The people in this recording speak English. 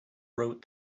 wrote